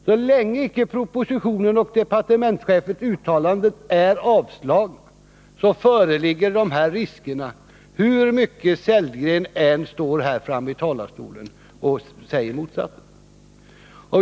Så länge icke propositionen och departementschefens uttalande är avslagna, föreligger dessa risker, hur mycket Rolf Sellgren än står här framme i talarstolen och säger motsatsen.